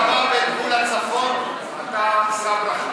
גפני, שמת את הרמה ואת גבול הצפון, שא ברכה.